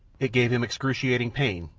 it gave him excruciating pain,